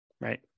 right